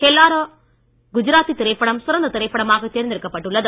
ஹெல்லாரோ குஜராத்தி திரைப்படம் சிறந்த திரைப்படமாக தேர்ந்தெடுக்கப்பட்டு உள்ளது